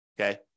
okay